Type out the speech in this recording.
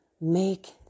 make